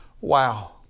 Wow